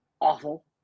awful